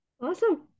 Awesome